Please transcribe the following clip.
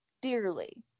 dearly